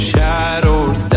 Shadows